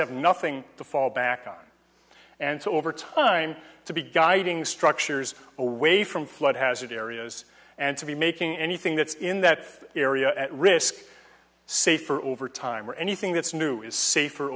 have nothing to fall back on and so over time to be guiding structures away from flood hazard areas and to be making anything that's in that area at risk say for overtime or anything that's new is safer